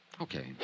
Okay